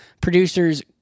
producers